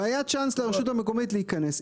והיה צ'אנס לרשות המקומית להיכנס,